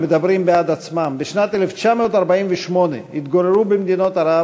המדברים בעד עצמם: בשנת 1948 התגוררו במדינות ערב